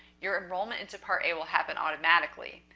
your enrollment into part a will happen automatically.